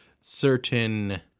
certain